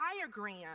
diagram